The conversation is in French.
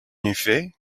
effet